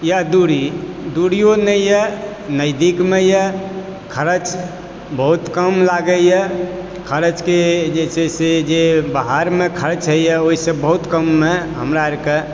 वा दूरी दूरिओ नहिए नजदीकमऽए खर्च बहुत कम लागयए खर्चके जे छै से जे बाहरमे खर्च होयए ओहिसँ बहुत कममे हमरा अरकऽ